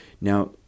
Now